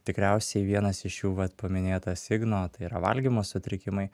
tikriausiai vienas iš jų vat paminėtas igno tai yra valgymo sutrikimai